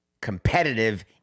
competitive